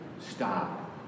Stop